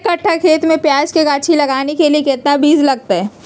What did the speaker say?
एक कट्ठा खेत में प्याज के गाछी लगाना के लिए कितना बिज लगतय?